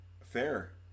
fair